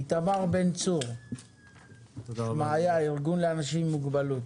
איתמר בן צור מ"שמעיה" ארגון לאנשים עם מוגבלות,